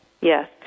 yes